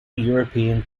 european